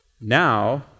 now